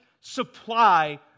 supply